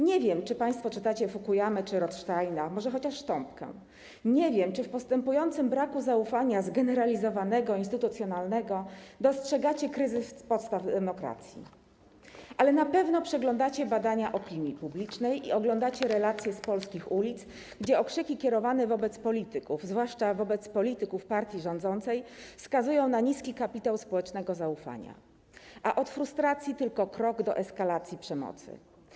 Nie wiem, czy państwo czytacie Fukuyamę czy Rothsteina, może chociaż Sztompkę, nie wiem, czy w postępującym braku zaufania, zgeneralizowanego, instytucjonalnego, dostrzegacie kryzys podstaw demokracji, ale na pewno przeglądacie wyniki badań opinii publicznej i oglądacie relacje z polskich ulic, gdzie okrzyki kierowane wobec polityków, zwłaszcza wobec polityków partii rządzącej, wskazują na niski kapitał społecznego zaufania, a od frustracji tylko krok do eskalacji przemocy.